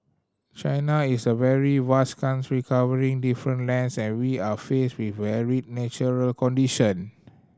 China is a very vast country covering different lands and we are faced with varied natural condition